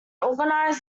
organized